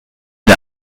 der